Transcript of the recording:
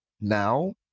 now